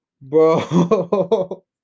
Bro